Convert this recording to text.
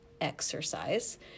exercise